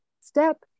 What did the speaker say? step